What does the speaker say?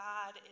God